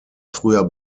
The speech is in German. früher